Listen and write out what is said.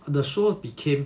the shows became